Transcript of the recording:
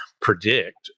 predict